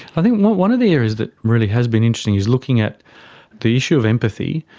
i think one of the areas that really has been interesting is looking at the issue of empathy,